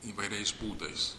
įvairiais būdais